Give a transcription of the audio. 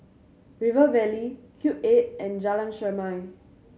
River Valley Cube Eight and Jalan Chermai